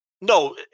no